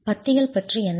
பத்திகள் பற்றி என்ன